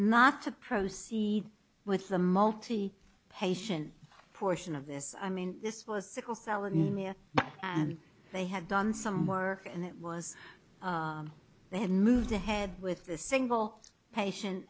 not to proceed with the multi patient portion of this i mean this was sickle cell anemia but they had done some work and it was they had moved ahead with the single patient